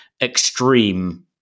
extreme